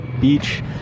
Beach